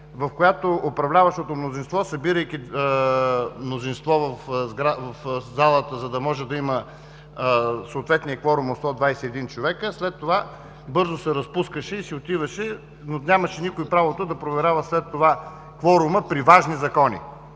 в която управляващото мнозинство, събирайки мнозинство в залата, за да може да има съответния кворум от 121 човека. След това бързо се разпускаше и си отиваше, и никой нямаше правото след това да проверява кворума при важни закони,